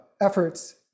efforts